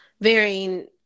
varying